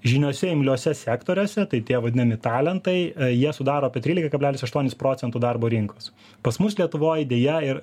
žymiuose imliuose sektoriuose tai tie vadinami talentai jie sudaro apie trylika kablelis aštuonis procentų darbo rinkos pas mus lietuvoj deja ir